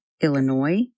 Illinois